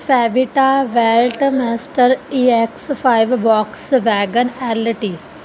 ਫੈਵੀਟਾ wallet mister EX five box wagon LT